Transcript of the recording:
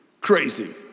crazy